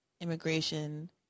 immigration